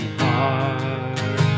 heart